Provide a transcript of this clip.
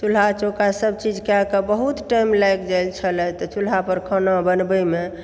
चूल्हा चौका सब चीज कए कऽ बहुत टाइम लागि जाइ छल तऽ चूल्हा पर खाना बनबैमे